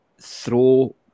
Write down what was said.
throw